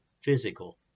physical